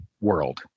world